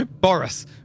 Boris